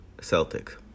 Celtic